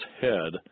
head